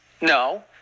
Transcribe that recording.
no